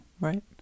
Right